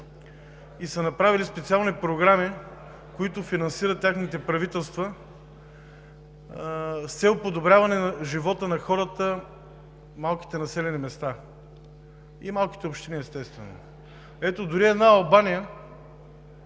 и са направили специални програми, които финансират техните правителства, с цел подобряване на живота на хората в малките населени места и малките общини. Ето, дори Албания